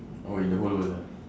oh in the whole world ah